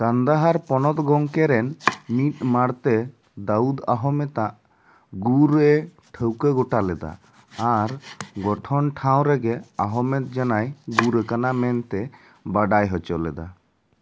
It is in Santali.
ᱠᱟᱱᱫᱟᱦᱟᱨ ᱯᱚᱱᱚᱛ ᱜᱚᱝᱠᱮ ᱨᱮᱱ ᱢᱤᱫ ᱢᱟᱲᱛᱮ ᱫᱟᱣᱩᱫ ᱟᱦᱚᱢᱮᱫ ᱟᱜ ᱜᱩᱨ ᱮ ᱴᱷᱟᱹᱣᱠᱟᱹ ᱜᱚᱴᱟ ᱞᱮᱫᱟ ᱟᱨ ᱜᱚᱴᱷᱚᱱ ᱴᱷᱟᱶ ᱨᱮᱜᱮ ᱟᱦᱚᱢᱮᱫ ᱡᱟᱱᱟᱭ ᱜᱩᱨ ᱟᱠᱟᱱᱟ ᱢᱮᱱᱛᱮ ᱵᱟᱰᱟᱭ ᱦᱚᱪᱚ ᱞᱮᱫᱟ